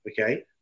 Okay